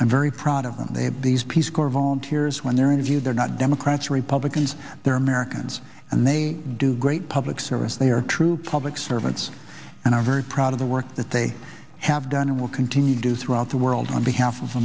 i'm very proud of them they have these peace corps volunteers when they're interviewed they're not democrats republicans they're americans and they do great public service they are true public servants and are very proud of the work that they have done and will continue to do throughout the world on behalf of